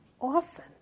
often